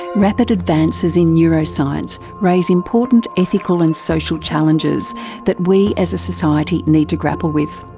rapid advances in neuroscience raise important ethical and social challenges that we as a society need to grapple with.